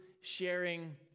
sharing